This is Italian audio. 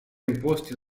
imposti